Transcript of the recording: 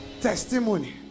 testimony